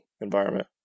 environment